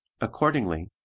Accordingly